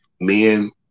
men